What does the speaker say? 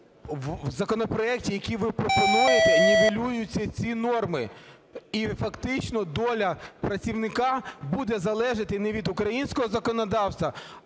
В законопроекті, який ви пропонуєте, нівелюються ці норми, і фактично доля працівника буде залежати не від українського законодавства,